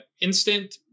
instant